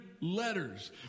letters